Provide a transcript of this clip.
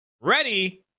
Ready